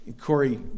Corey